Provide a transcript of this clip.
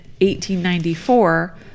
1894